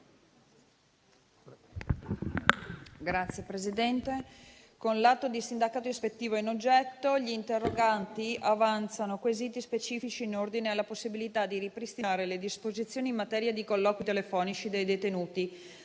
Signor Presidente, con l'atto di sindacato ispettivo in oggetto gli interroganti avanzano quesiti specifici in ordine alla possibilità di ripristinare le disposizioni in materia di colloqui telefonici dei detenuti,